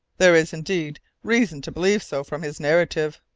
there is, indeed, reason to believe so from his narrative.